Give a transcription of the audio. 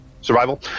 Survival